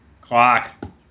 Clock